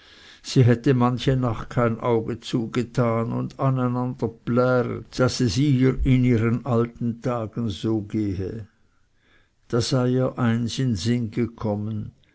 sie hätte manche nacht kein auge zugetan und aneinander pläret daß es ihr in ihren alten tagen so gehe da sei ihr eins in sinn gekommen